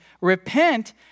Repent